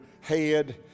head